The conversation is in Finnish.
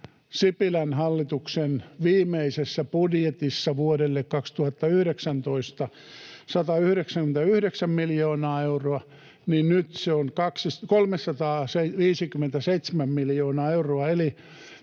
Sipilän hallituksen viimeisessä budjetissa vuodelle 2019, niin nyt se on 357 miljoonaa euroa,